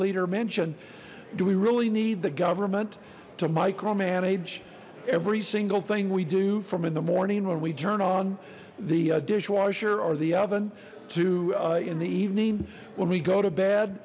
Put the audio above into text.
leader mentioned do we really need the government to micromanage every single thing we do from in the morning when we turn on the dishwasher or the oven so in the evening when we go to